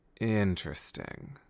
Interesting